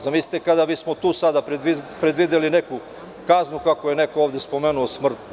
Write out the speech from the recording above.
Zamislite kada bismo tu sada predvideli neku kaznu, kako je neko ovde spomenuo, smrtnu.